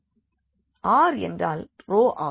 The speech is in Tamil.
எனவே R என்றால் ரோ ஆகும்